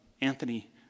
Anthony